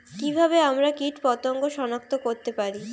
কিভাবে আমরা কীটপতঙ্গ সনাক্ত করতে পারি?